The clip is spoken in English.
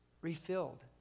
refilled